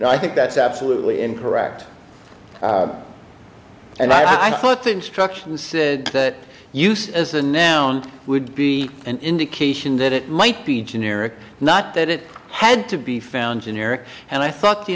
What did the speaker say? i think that's absolutely incorrect and i put the instructions said that use as a noun would be an indication that it might be generic not that it had to be found generic and i thought the